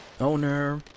Owner